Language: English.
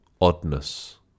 oddness